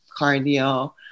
cardio